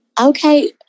Okay